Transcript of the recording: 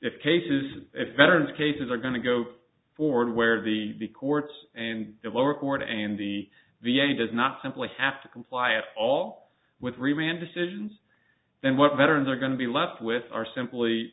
if cases if veterans cases are going to go forward where the be courts and the lower court and the v a does not simply have to comply at all with remand decisions then what veterans are going to be left with are simply